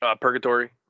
purgatory